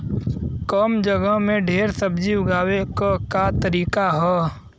कम जगह में ढेर सब्जी उगावे क का तरीका ह?